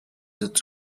its